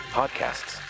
podcasts